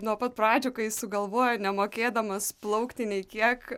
nuo pat pradžių kai sugalvojo nemokėdamas plaukti nei kiek